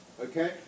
okay